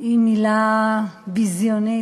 היא מילה ביזיונית,